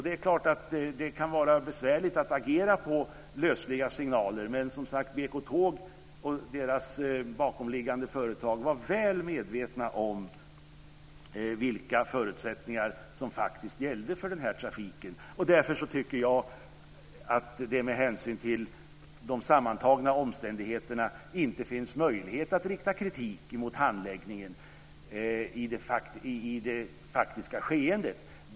Det är klart att det kan vara besvärligt att agera på lösliga signaler men, som sagt, BK Tåg och deras bakomliggande företag var väl medvetna om vilka förutsättningar som faktiskt gällde för den här trafiken. Därför tycker jag att det, med hänsyn till de sammantagna omständigheterna, inte finns någon möjlighet att rikta kritik mot handläggningen i det faktiska skeendet.